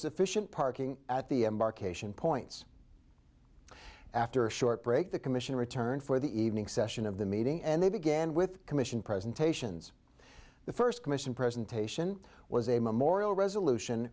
sufficient parking at the embarkation points after a short break the commission returned for the evening session of the meeting and they began with commission presentations the first commission presentation was a memorial resolution